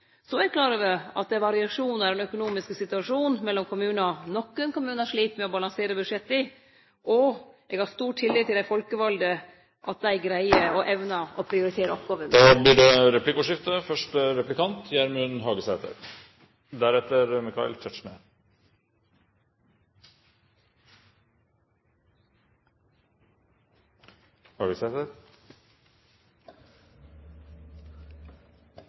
Så er eg klar over at det er variasjonar i den økonomiske situasjonen mellom kommunar. Nokre kommunar slit med å balansere budsjetta. Eg har stor tillit til at dei folkevalde greier og evnar å prioritere oppgåvene. Det blir replikkordskifte. Bodskapen til kommunalministeren er i dag den same som han har vore mange gonger tidlegare, og det er